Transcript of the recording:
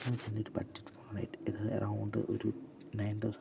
വെച്ചാൽ ഒരു ബഡ്ജറ്റ് ഫോണായിട്ട് ഇത് എറൗണ്ട് ഒരു nine thousand to ten thousand